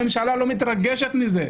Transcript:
הממשלה לא מתרגשת מזה.